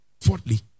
Fourthly